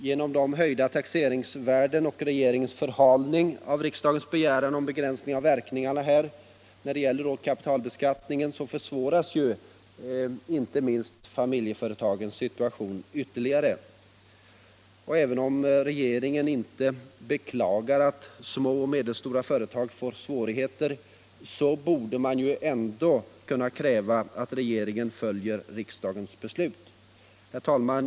Till följd av höjningarna av taxeringsvärdena och regeringens förhalning av riksdagens begäran om begränsning av verkningarna av kapitalbeskattningen försvåras inte minst familjeföretagens situation ytterligare. Även om regeringen inte beklagar att små och medelstora företag får svårigheter, borde man ju ändå kunna kräva att regeringen följer riksdagens beslut. Herr talman!